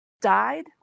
died